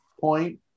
point